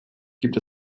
gibt